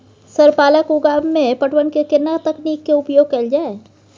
Sir पालक उगाव में पटवन के केना तकनीक के उपयोग कैल जाए?